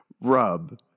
Rub